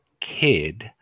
kid